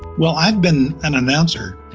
well, i've been an announcer,